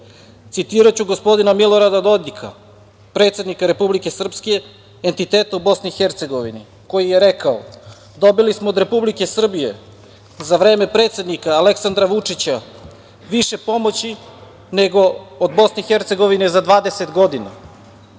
BiH.Citiraću gospodina Milorada Dodika, predsednika Republike Srpske, entiteta u BiH, koji je rekao: „Dobili smo od Republike Srbije za vreme predsednika Aleksandra Vučića, više pomoći nego od BiH za 20